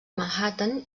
manhattan